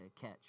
catch